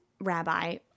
rabbi